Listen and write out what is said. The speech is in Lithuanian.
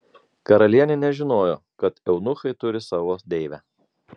karalienė nežinojo kad eunuchai turi savo deivę